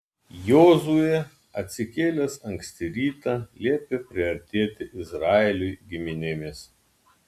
jozuė atsikėlęs anksti rytą liepė priartėti izraeliui giminėmis